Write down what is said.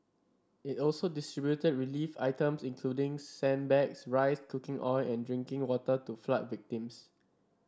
it also distributed relief items including sandbags rice cooking oil and drinking water to flood victims